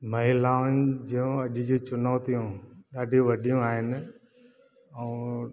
महिलाउनि जूं अॼु जी चुनौतियूं ॾाढी वॾियूं आहिनि ऐं